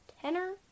tenor